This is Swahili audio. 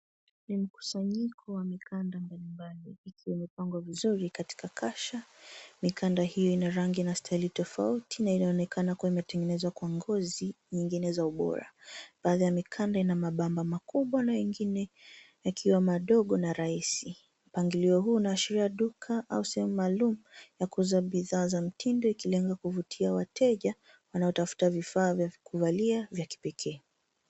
Ni mkusanyiko wa mikanda mbalimbali ikiwa imepangwa vizuri katika kasha. Mikanda hiyo ina rangi na style tofauti na inaonekana kuwa imetengenezwa kwa ngozi nyingine za ubora. Baadhi ya mikanda ina mabamba makubwa na ingine yakiwa madogo na rahisi. Mpangilio huo unaashiria duka au sehemu maalum ya kuuza bidhaa za mtindo ikilengwa kuvutia wateja wanotafuta vifaa vya kuvalia vya kipekee.